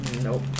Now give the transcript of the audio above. nope